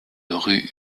rue